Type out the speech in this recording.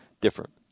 different